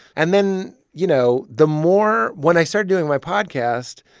and then, you know, the more when i started doing my podcast,